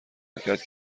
حرکت